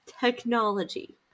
technology